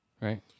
Right